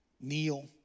kneel